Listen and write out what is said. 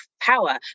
power